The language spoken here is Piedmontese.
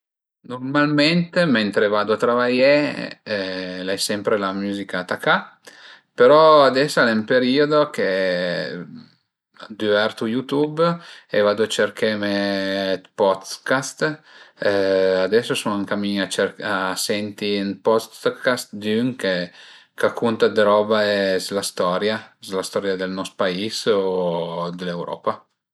Nurmalment mentre vadu a travaié l'ai sempre la müzica tacà, però ades al e ün periodo che düvertu YouTube e vadu a cercheme dë podcast, ades sun ën camin a cerché a senti ün podcast d'ün che ch'a cunte d'robe s'la storia, s'la storia dël nost pais o dë l'Europa